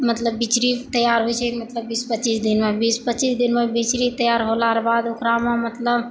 मतलब बिचरी तैयार होइ छै बीस पच्चीस दिनमे बीस पच्चीस दिनमे तैयार होला के बाद ओकरामे मतलब